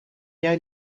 jij